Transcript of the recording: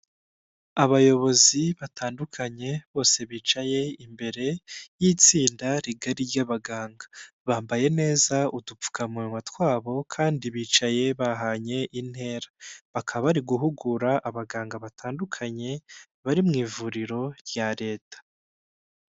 Abayobozi batandukanye bose bicaye imbere y'itsinda rigari ry'abaganga bambaye neza udupfukamunwa twabo kandi bicaye bahanye intera, bakaba bari guhugura abaganga batandukanye bari mu ivuriro rya leta.